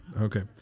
Okay